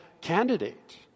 candidate